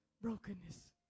brokenness